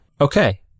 okay